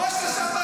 את שר הביטחון,